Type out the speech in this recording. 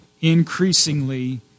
increasingly